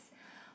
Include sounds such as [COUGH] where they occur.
[BREATH]